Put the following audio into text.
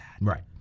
Right